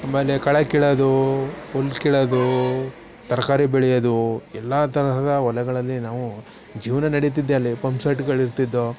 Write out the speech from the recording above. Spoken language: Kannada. ಆಮೇಲೆ ಕಳೆ ಕೀಳೋದು ಹುಲ್ ಕೀಳೋದು ತರಕಾರಿ ಬೆಳೆಯೋದು ಎಲ್ಲ ತರಹದ ಹೊಲಗಳಲ್ಲಿ ನಾವೂ ಜೀವನ ನಡೀತಿದೆ ಅಲ್ಲಿ ಪಂಪ್ ಸೆಟ್ಟುಗಳು ಇರ್ತಿದ್ದೊ